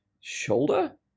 shoulder